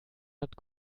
hat